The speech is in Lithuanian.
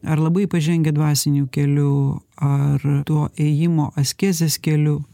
ar labai pažengę dvasiniu keliu ar tuo ėjimo askezės keliu